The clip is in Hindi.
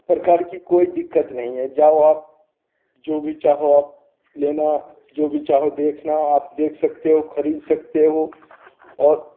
प्रकार की कोई दिक्कत नहीं है जाओ आप जो भी चाहो आप लेना जो भी चाहो देखना आप देख सकते हो खरीद सकते हो और